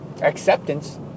acceptance